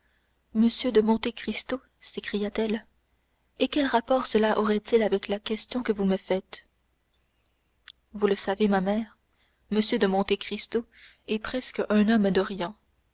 de monte cristo s'écria-t-elle et quel rapport cela aurait-il avec la question que vous me faites vous le savez ma mère m de monte cristo est presque un homme d'orient